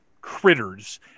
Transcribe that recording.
critters